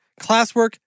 classwork